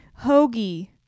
hoagie